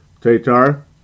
Tatar